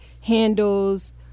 handles